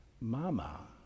Mama